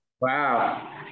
Wow